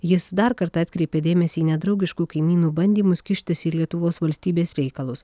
jis dar kartą atkreipė dėmesį į nedraugiškų kaimynų bandymus kištis į lietuvos valstybės reikalus